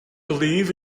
believe